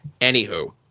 Anywho